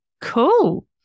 Cool